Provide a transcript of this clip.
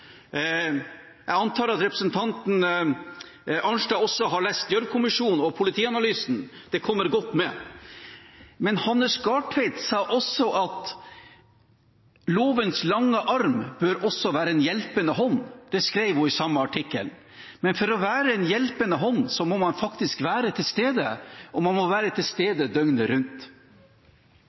Jeg antar at representanten Arnstad også har lest Gjørv-kommisjonens rapport og Politianalysen. Det kommer godt med. Men Hanne Skartveit sa også at lovens lange arm bør også være en hjelpende hånd – det skrev hun i den samme artikkelen. Men for å være en hjelpende hånd må man faktisk være til stede, og man må være til stede døgnet rundt.